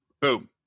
Boom